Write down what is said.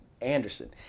Anderson